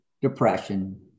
Depression